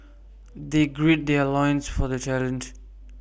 they gird their loins for the challenge